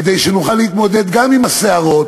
כדי שנוכל להתמודד גם עם הסערות